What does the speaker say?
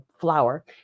flower